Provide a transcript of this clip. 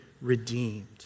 redeemed